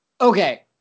Okay